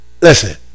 Listen